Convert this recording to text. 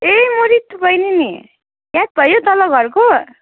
ए म ऋतु बैनी नि याद भयो तल्लो घरको